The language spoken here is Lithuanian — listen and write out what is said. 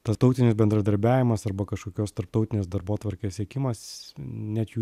tarptautinis bendradarbiavimas arba kažkokios tarptautinės darbotvarkės siekimas net jų